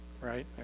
Right